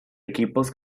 equipos